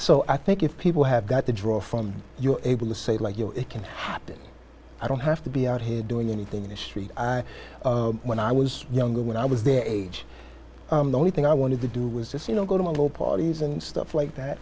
so i think if people have got to draw from you're able to say like you know it can happen i don't have to be out here doing anything in the street when i was younger when i was their age the only thing i wanted to do was just you know go to low parties and stuff like that